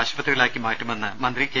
ആശുപത്രികളാക്കി മാറ്റുമെന്ന് മന്ത്രി കെ